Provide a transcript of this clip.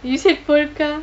you said polka